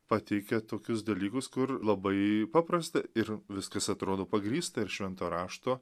pateikia tokius dalykus kur labai paprasta ir viskas atrodo pagrįsta švento rašto